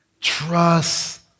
Trust